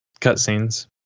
cutscenes